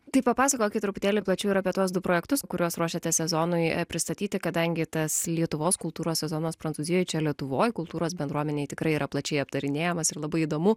tai papasakokit truputėlį plačiau ir apie tuos du projektus kuriuos ruošiatės sezonui pristatyti kadangi tas lietuvos kultūros sezonas prancūzijoj čia lietuvoj kultūros bendruomenėj tikrai yra plačiai aptarinėjamas ir labai įdomu